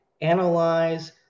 analyze